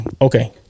okay